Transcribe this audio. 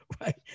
right